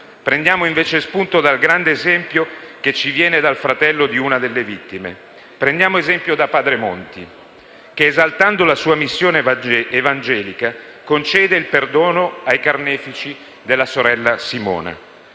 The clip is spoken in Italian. Prendiamo invece spunto dal grande esempio che ci viene dal fratello di una delle vittime, prendiamo esempio da padre Monti che, esaltando la sua missione evangelica, concede il perdono ai carnefici della sorella Simona.